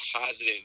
positive